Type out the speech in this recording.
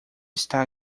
está